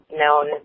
known